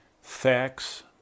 Facts